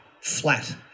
flat